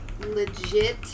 legit